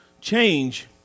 change